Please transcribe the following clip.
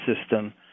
system